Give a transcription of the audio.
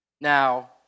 Now